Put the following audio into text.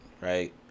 right